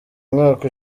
umwaka